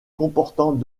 comportant